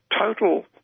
total